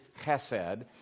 chesed